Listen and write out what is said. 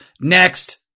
next